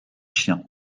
chiens